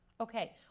Okay